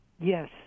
Yes